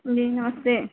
जी नमस्ते